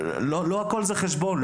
לא הכול זה חשבון.